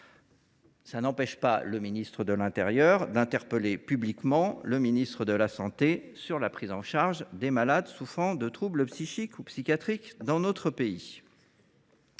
du reste, le ministre de l’intérieur d’interpeller publiquement le ministre de la santé et de la prévention sur la prise en charge des malades souffrant de troubles psychiques ou psychiatriques dans notre pays.